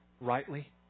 rightly